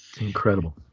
Incredible